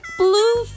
blue